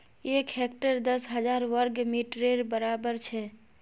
एक हेक्टर दस हजार वर्ग मिटरेर बड़ाबर छे